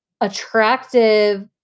attractive